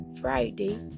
Friday